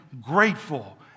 grateful